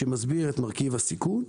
היקף שמסביר את מרכיב הסיכון.